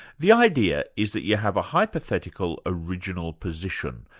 the idea is that you have a hypothetical original position,